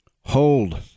hold